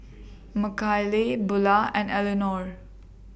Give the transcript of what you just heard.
Makayla Bulah and Eleanor